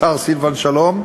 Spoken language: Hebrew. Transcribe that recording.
השר סילבן שלום,